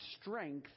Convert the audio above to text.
strength